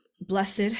Blessed